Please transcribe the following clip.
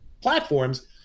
platforms